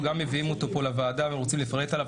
גם מביאים אותו לוועדה ורוצים לפרט עליו.